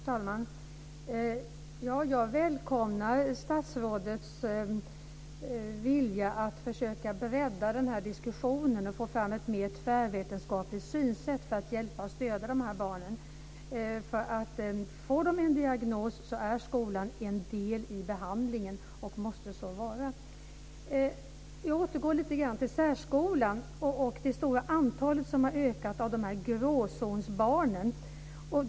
Fru talman! Jag välkomnar statsrådets vilja att försöka bredda denna diskussion och få fram ett mer tvärvetenskapligt synsätt för att hjälpa och stödja dessa barn. Får de en diagnos är skolan en del i behandlingen och måste så vara. Jag återgår till särskolan och till det ökade antalet gråzonsbarn.